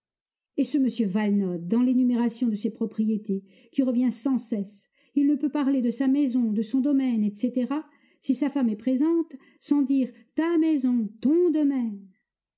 et ce m valenod dans l'énumération de ses propriétés qui revient sans cesse il ne peut parler de sa maison de son domaine etc si sa femme est présente sans dire ta maison ton domaine